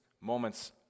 moments